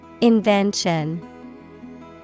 Invention